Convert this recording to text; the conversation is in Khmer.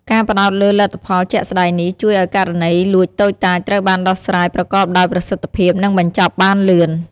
ការផ្តោតលើលទ្ធផលជាក់ស្តែងនេះ ជួយឲ្យករណីលួចតូចតាចត្រូវបានដោះស្រាយប្រកបដោយប្រសិទ្ធភាព និងបញ្ចប់បានលឿន។